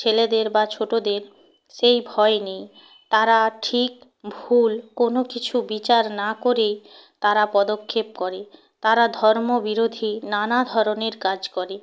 ছেলেদের বা ছোটদের সেই ভয় নেই তারা ঠিক ভুল কোনও কিছু বিচার না করেই তারা পদক্ষেপ করে তারা ধর্ম বিরোধী নানা ধরনের কাজ করে